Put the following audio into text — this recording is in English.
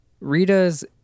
Rita's